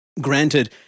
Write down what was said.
Granted